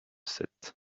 sept